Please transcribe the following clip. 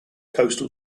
coastal